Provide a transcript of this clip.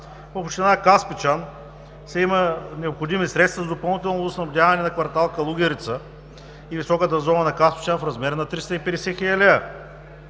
Община Каспичан няма необходими средства за допълнително водоснабдяване на квартал „Калугерица“ и за високата зона на Каспичан в размер на 350 хил.